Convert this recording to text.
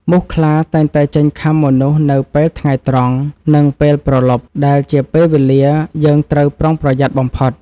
មូសខ្លាតែងតែចេញខាំមនុស្សនៅពេលថ្ងៃត្រង់ និងពេលព្រលប់ដែលជាពេលវេលាយើងត្រូវប្រុងប្រយ័ត្នបំផុត។